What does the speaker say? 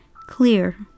Clear